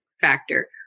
factor